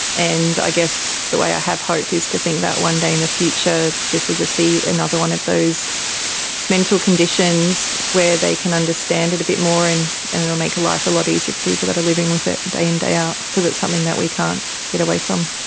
and i guess the way i have hope is to think that one day in the future this will just be another one of those mental conditions where they can understand it a bit more and it will make life a lot easier for people that are living with it day in day out, because it's something that we can't get away from.